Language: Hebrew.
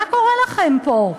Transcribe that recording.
מה קורה לכם פה?